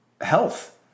health